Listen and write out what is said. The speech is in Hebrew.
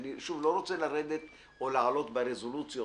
אני לא רוצה לרדת או לעלות ברזולוציות